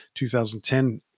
2010